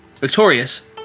Victorious